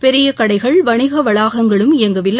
பெரிய கடைகள் வணிக வளாகங்களும் இயங்கவில்லை